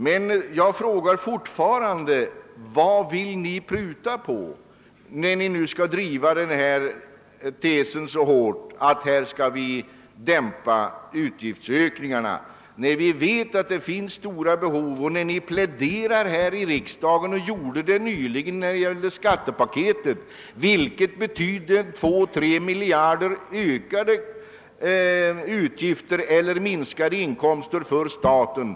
Men jag frågar alltjämt: Vad vill ni då pruta på, när ni nu så hårt driver tesen att vi skall dämpa utgiftsökningarna? Ni pläderar ju själva för stora utgiftsökningar. Det gjorde ni tydligen här i riksdagen när vi behandlade skattepaketet. Då betydde oppositionens förslag två å tre miljarder i ökade utgifter eller minskade inkomster för staten.